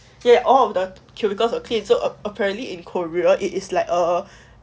ya all of the cubicles were clean so apparently in korea it is like a